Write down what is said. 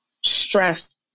stress